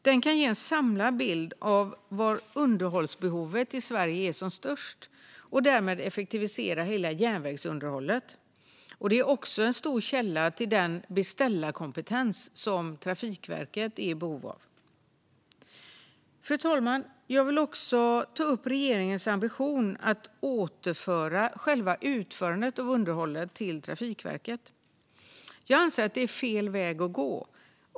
De kan ge en samlad bild av var underhållsbehovet i Sverige är som störst och därmed effektivisera hela järnvägsunderhållet. Detta är också en stor källa till den beställarkompetens som Trafikverket är i behov av. Fru talman! Jag vill också ta upp regeringens ambition att återföra själva utförandet av underhållet till Trafikverket. Jag anser att det är fel väg att gå.